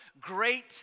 great